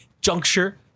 juncture